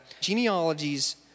genealogies